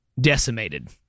Decimated